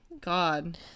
god